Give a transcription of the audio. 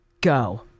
Go